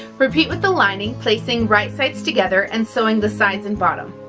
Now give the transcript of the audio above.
repeat with the lining placing right sides together and sewing the sides and bottom